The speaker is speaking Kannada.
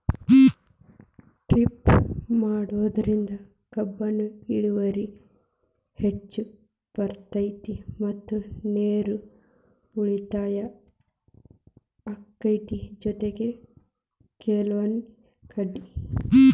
ಡ್ರಿಪ್ ಮಾಡಿದ್ರ ಕಬ್ಬುನ ಇಳುವರಿ ಹೆಚ್ಚ ಬರ್ತೈತಿ ಮತ್ತ ನೇರು ಉಳಿತಾಯ ಅಕೈತಿ ಜೊತಿಗೆ ಕೆಲ್ಸು ಕಡ್ಮಿ